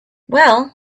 well